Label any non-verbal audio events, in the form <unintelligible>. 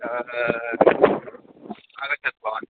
एकवारं <unintelligible> अगच्छतु भवान्